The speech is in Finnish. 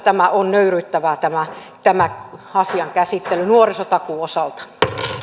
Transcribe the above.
on nöyryyttävää tämä tämä asian käsittely nuorisotakuun osalta